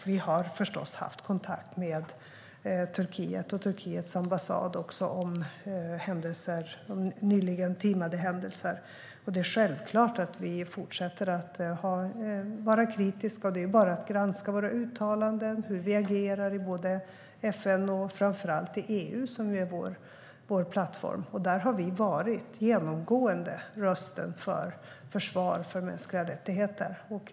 Vi har förstås haft kontakt med Turkiet och Turkiets ambassad även om nyligen timade händelser. Det är självklart att vi fortsätter vara kritiska. Det är bara att granska våra uttalanden och hur vi agerar både i FN och - framför allt - i EU, som ju är vår plattform. Där har vi genomgående varit rösten för ett försvar av mänskliga rättigheter.